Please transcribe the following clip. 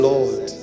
Lord